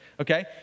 okay